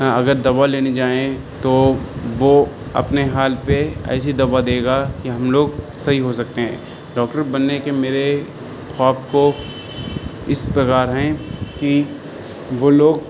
اگر دوا لینے جائیں تو وہ اپنے حال پہ ایسی دوا دے گا کہ ہم لوگ صحیح ہو سکتے ہیں ڈاکٹر بننے کے میرے خواب کو اس پرکار ہیں کہ وہ لوگ